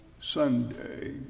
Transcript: Sunday